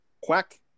quack